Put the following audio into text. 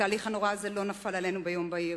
התהליך הנורא הזה לא נפל עלינו ביום בהיר,